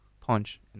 punch